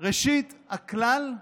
ראשית, הכלל,